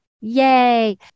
Yay